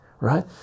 right